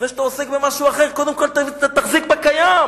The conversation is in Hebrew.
לפני שאתה עוסק במשהו אחר, קודם כול תחזיק בקיים,